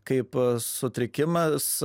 kaip sutrikimas